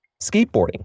Skateboarding